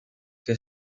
qué